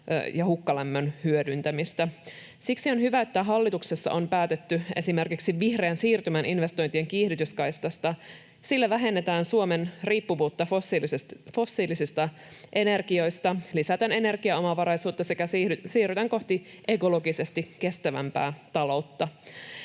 ja hukkalämmön hyödyntämistä. Siksi on hyvä, että hallituksessa on päätetty esimerkiksi vihreän siirtymän investointien kiihdytyskaistasta. Sillä vähennetään Suomen riippuvuutta fossiilisista energioista, lisätään energiaomavaraisuutta sekä siirrytään kohti ekologisesti kestävämpää taloutta.